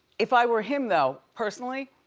if i were him though, personally,